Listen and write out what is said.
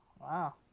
wow